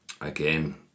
again